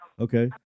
okay